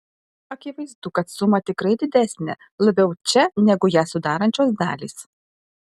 akivaizdu kad suma tikrai didesnė labiau čia negu ją sudarančios dalys